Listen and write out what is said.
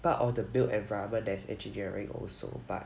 part of the built environment there's engineering also but